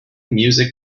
music